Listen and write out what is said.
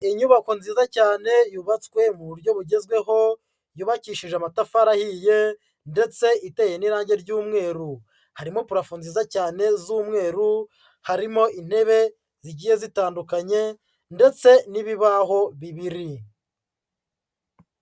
Inyubako nziza cyane yubatswe mu buryo bugezweho, yubakishije amatafari ahiye, ndetse iteye n'irangi ry'umweru. Harimo purafo nziza cyane z'umweru, harimo intebe zigiye zitandukanye ndetse n'ibibaho bibiri.